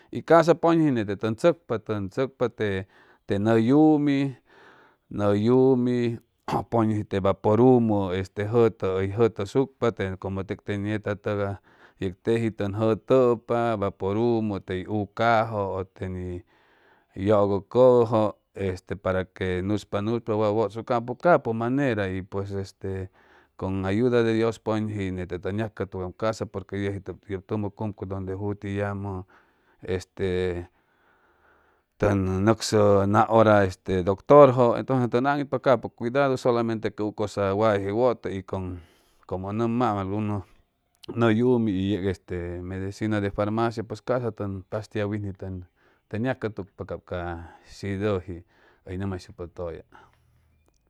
Y ca'sa pʉñʉji nete tʉn tzʉcpa tʉn tzʉcpa te te nʉ yumi nʉ yumi pʉñuji te vapʉrumʉ este jʉtʉ hʉy jʉtʉhʉsucpa como tek ten nieta tʉgay y tejig tʉn jʉtʉpa vapʉrumʉ tey ucajʉ te ni yʉg'ʉcʉjʉ este para que nuchpa nucha wat wʉtsucaam pues capʉ manera y pues este con ayuda de dios poʉñʉji nete tʉn yacʉtucaam ca'sa porque ytʉji yep tumʉ cumcuy donde juti yamʉ este tʉn nʉcsʉ na hora dʉctʉrjʉ entonces tʉn aŋitpa capʉ cuidadu solamente u cosa wayayje wʉtʉ y con como ʉn nʉmam algunos nʉ yumi y yeg este medicina de farmacia pues ca'sa tʉn pastilla winji tʉn tʉn yacʉtucpa cap ca este shidʉji hʉy nʉmjayshucpa tʉlla